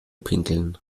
pinkeln